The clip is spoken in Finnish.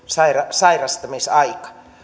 sairastamisaika